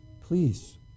please